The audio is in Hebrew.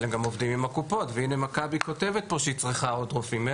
אבל הם גם עובדים עם הקופות והנה מכבי כותבת פה שהיא צריכה עוד רופאים.